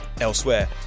Elsewhere